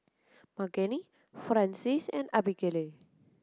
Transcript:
Margene Frances and Abigayle